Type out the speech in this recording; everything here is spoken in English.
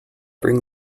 bring